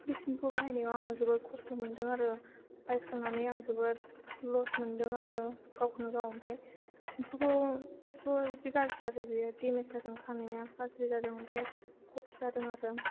बे सेम्फुखौ बाहायनायाव आङो जोबोद खस्थ' मोनदों आरो बायखांनानै आं जोबोद लस मोनदों आरो गावखौनो गाव आमफाय सेम्फुखौथ' जि गाज्रि आरो बियो डेमेज जादों खानाया गाज्रि जादों आमफाय खफि जादों आरो